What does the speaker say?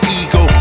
ego